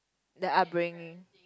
the upbringing